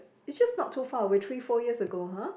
is just not too far away three four years ago !huh!